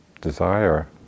desire